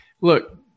look